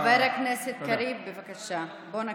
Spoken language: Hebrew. חבר הכנסת קריב, בבקשה, בוא נקשיב.